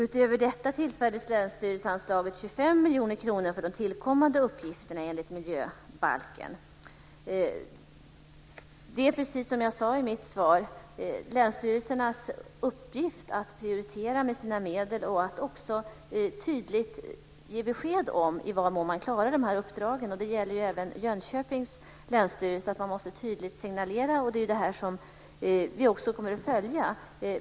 Utöver detta tillfördes länsstyrelseanslaget 25 Det är precis som jag sade i mitt svar länsstyrelsernas uppgift att prioritera med sina medel och att också tydligt ge besked om i vad mån man klarar dessa uppdrag. Det gäller även Jönköpings länsstyrelse, att man tydligt måste signalera. Och det är detta som vi också kommer att följa.